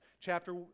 chapter